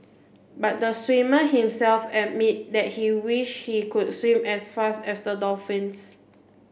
but the swimmer himself admit that he wish he could swim as fast as the dolphins